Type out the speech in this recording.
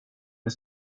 med